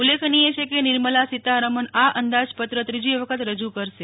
ઉલ્લેખનીય છે કે નીર્મલા સીતારમણ આ અંદાજપત્ર ત્રીજી વખત રજુ કરશે